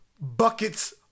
Buckets